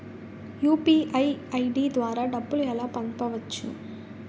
UPI ID ద్వారా డబ్బులు ఎలా పంపవచ్చు?